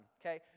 Okay